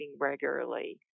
regularly